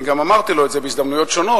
אני גם אמרתי לו את זה בהזדמנויות שונות,